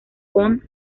con